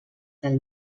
del